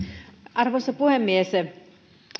arvoisa puhemies